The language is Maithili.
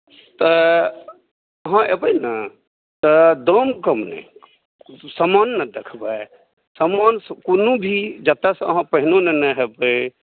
तऽ अहाँ एबै ने तऽ दाम कम नहि सामान ने देखबै सामानसे कोनो भी जतय से अहाँ पहिनो लेने हेबै